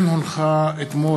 כן הונחו על שולחן הכנסת אתמול,